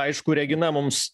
aišku regina mums